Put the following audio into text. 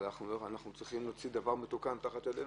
אבל אנחנו צריכים להוציא דבר מתוקן תחת ידינו.